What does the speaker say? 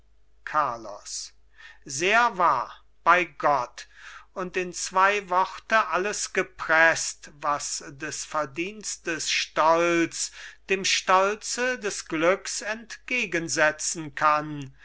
carlos sehr wahr bei gott und in zwei worte alles gepreßt was des verdienstes stolz dem stolze des glücks entgegensetzen kann